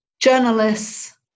journalists